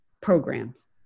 programs